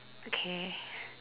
okay